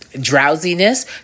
drowsiness